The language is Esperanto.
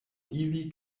ili